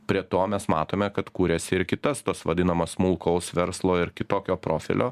prie to mes matome kad kuriasi ir kitas tos vadinamos smulkaus verslo ir kitokio profilio